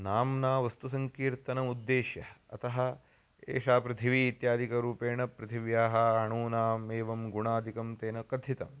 नाम्ना वस्तुसङ्कीर्तनमुद्देश्यः अतः एषा पृथिवी इत्यादिकरूपेण पृथिव्याः अणुः नाम एवं गुणादिकं तेन कथितम्